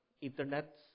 Internet